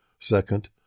Second